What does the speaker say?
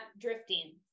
drifting